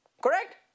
correct